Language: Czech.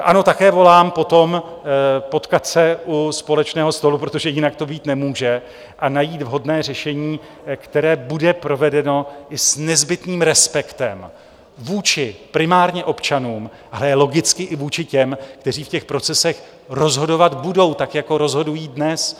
Ano, také volám po tom, potkat se u společného stolu, protože jinak to být nemůže, a najít vhodné řešení, které bude provedeno i s nezbytným respektem primárně vůči občanům, ale logicky i vůči těm, kteří v těch procesech rozhodovat budou, tak jako rozhodují dnes.